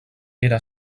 era